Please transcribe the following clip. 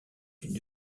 une